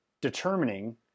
determining